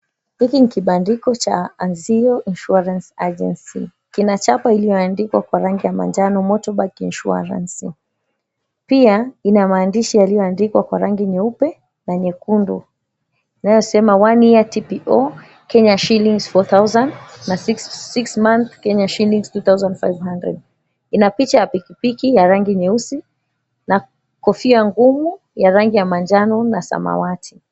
Hiki ni kibandiko cha Azio Insurance Agency. Kina chapa iliyoandikwa kwa rangi ya manjano Motorbike Insurance. Pia ina maandishi yaliyoandikwa kwa rangi nyeupe na nyekundu inayosema, "One Year TPO ksh.4000 na 6 Months ksh.2500." Ina picha ya pikipiki ya rangi nyeusi na kofia ngumu ya rangi ya samawati.